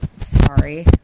sorry